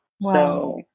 wow